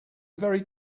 very